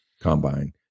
combine